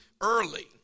early